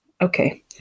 Okay